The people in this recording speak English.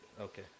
Okay